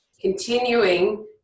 continuing